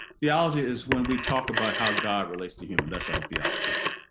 theology is when we talk about how god relates to humans, that's all theology is.